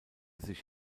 sich